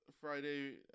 Friday –